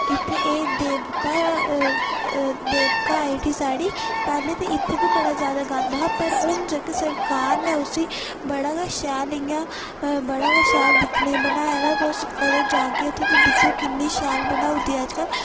ते इत्थे एह् देवका देवका आई ठी साढ़ी पेह्लै ते इत्थै बी बड़ा जैदा गंद हा पर हून जेह्का सरकार ने उस्सी बड़ा गे शैल इ'यां बड़ा गे शैल दिक्खने गी बनाए दा तुस कदे जागे उत्थै ते दिक्खयो किन्नी शैल बनाई ओड़ी दी अजकल्ल